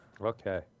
Okay